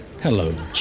Hello